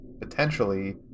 potentially